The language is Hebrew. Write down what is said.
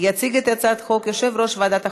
יציג את הצעת החוק יושב-ראש ועדת החוקה,